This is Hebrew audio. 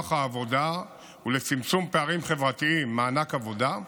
העבודה ולצמצום פערים חברתיים (מענק עבודה),